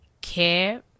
Care